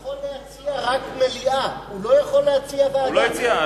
יכול להציע רק מליאה, הוא לא יכול להציע ועדה.